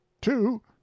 Two